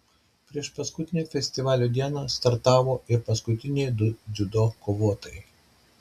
priešpaskutinę festivalio dieną startavo ir paskutinieji du dziudo kovotojai